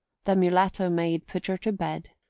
the mulatto maid put her to bed,